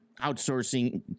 outsourcing